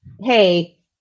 hey